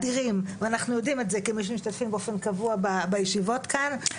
ואנחנו יודעים את זה כמי שמשתתפים באופן קבוע בישיבות כאן.